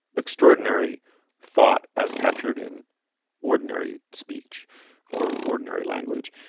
extraordinary thought as captured in ordinary speech or ordinary language.